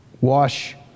Wash